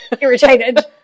irritated